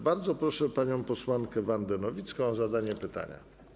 Bardzo proszę panią posłankę Wandę Nowicką o zadanie pytania.